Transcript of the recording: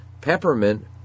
peppermint